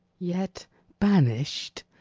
yet banished?